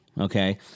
Okay